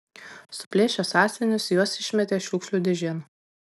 suplėšę sąsiuvinius juos išmetė šiukšlių dėžėn